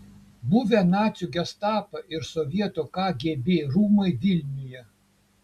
buvę nacių gestapo ir sovietų kgb rūmai vilniuje